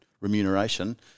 remuneration